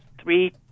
three